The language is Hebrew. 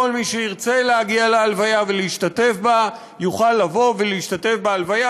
כל מי שירצה להגיע להלוויה ולהשתתף בה יוכל לבוא ולהשתתף בהלוויה,